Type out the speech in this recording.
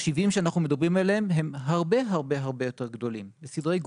התחשיבים שאנחנו מדברים עליהם הם הרבה הרבה יותר גדולים בסדרי גודל.